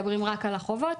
אבל אם מדברים רק על החובות,